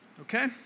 Okay